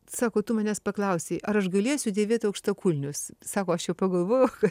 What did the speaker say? sako tu manęs paklausei ar aš galėsiu dėvėt aukštakulnius sako aš jau pagalvojau